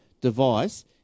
device